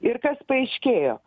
ir kas paaiškėjo